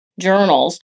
journals